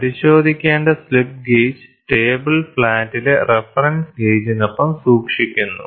പരിശോധിക്കേണ്ട slip gauge table ഫ്ലാറ്റിലെ reference ഗേജിനൊപ്പം സൂക്ഷിക്കുന്നു